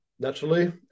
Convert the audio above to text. naturally